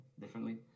differently